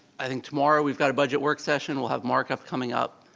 i think tomorrow, we've got a budget work session. we'll have markup coming up.